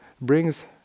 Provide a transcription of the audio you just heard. brings